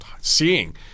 seeing